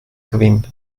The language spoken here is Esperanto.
kvin